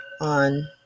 on